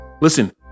Listen